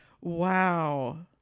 Wow